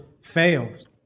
fails